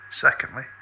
secondly